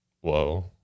whoa